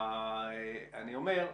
אני אומר,